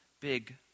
big